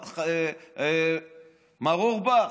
מר אורבך,